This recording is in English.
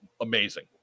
Amazing